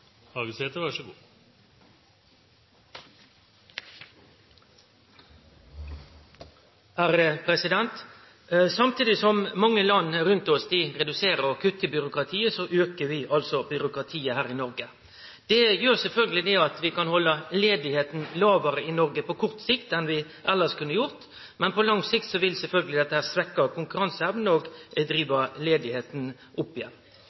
Samtidig som mange land rundt oss reduserer byråkratiet, aukar vi byråkratiet her i Noreg. Det gjer at vi på kort sikt kan halde arbeidsløysa i Noreg lågare enn vi elles kunne gjort, men på lang sikt vil dette sjølvsagt svekkje konkurranseevna og drive arbeidsløysetala opp